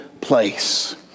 place